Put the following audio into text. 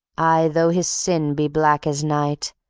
aye, though his sin be black as night,